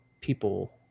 people